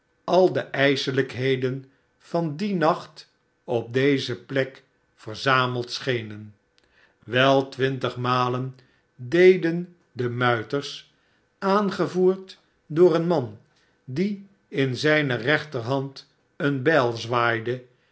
al de ijselijkheden vanxlien nacht op deze plek verzameld schenen wei twintig malen deden de muiters aangevoerd door een man die in zijne rechterhand eene bijl zwaaide